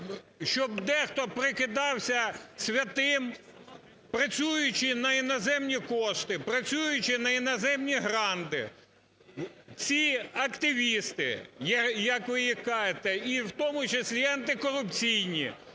щоб дехто прикидався святим, працюючи на іноземні кошти, працюючи на іноземні гранти. Ці активісти, як ви їх кажете, і в тому числі і антикорупційні,